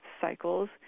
cycles